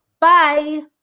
Bye